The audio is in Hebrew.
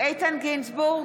איתן גינזבורג,